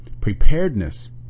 preparedness